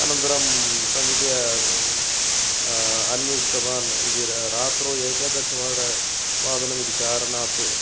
अनन्तरं समीप्य अन्विष्टवान् इति र रात्रौ एकादशवादनमिति कारणात्